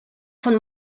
von